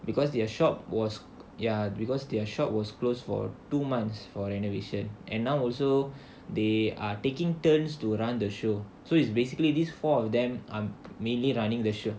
because their shop was ya because their shop was closed for two months for renovation and now also they are taking turns to run the show so it's basically this four of them are mainly running the show